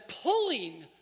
pulling